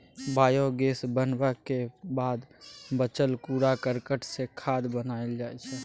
biogas बनबाक बाद बचल कुरा करकट सँ खाद बनाएल जाइ छै